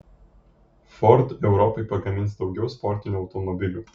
ford europai pagamins daugiau sportinių automobilių